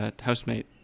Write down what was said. housemate